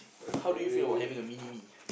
how do you feel about having a mini me